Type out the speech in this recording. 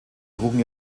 trugen